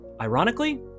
ironically